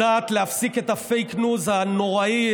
יודעת להפסיק את הפייק ניוז הנוראי,